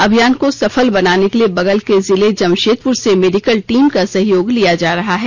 अभियान को सफल बनाने के लिए बगल के जिले जमशेदपुर से मेडिकल टीम का सहयोग लिया जा रहा है